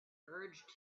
urged